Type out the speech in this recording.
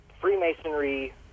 Freemasonry